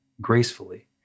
gracefully